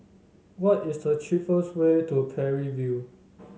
what is the cheapest way to Parry View